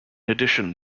addition